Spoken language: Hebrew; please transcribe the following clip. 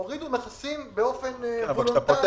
הורידו מכסים באופן וולונטרי.